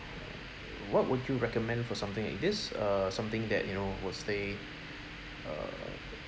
what would you recommend for something like this uh something that you know would stay err